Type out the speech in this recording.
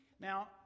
Now